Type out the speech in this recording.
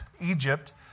Egypt